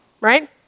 right